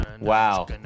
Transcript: Wow